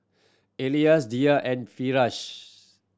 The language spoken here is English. Elyas Dhia and Firash